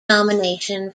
nomination